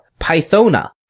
Pythona